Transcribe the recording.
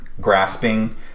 grasping